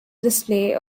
display